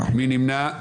מי נמנע?